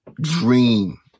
dream